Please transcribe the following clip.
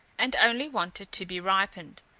and only wanted to be ripened.